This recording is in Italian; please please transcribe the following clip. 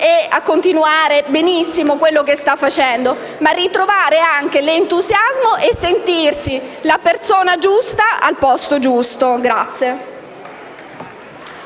a continuare benissimo quello che sta facendo, ma a ritrovare l'entusiasmo e a sentirsi la persona giusta al posto giusto.